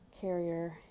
carrier